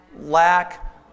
lack